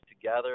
together